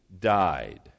died